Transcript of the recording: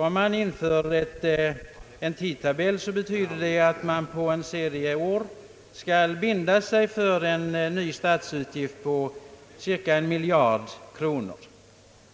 Om en tidtabell införes betyder det att man för en serie av år skall binda sig för en ny statsutgift på cirka en miljard kronor.